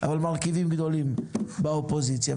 אבל מרכיבים גדולים מהאופוזיציה,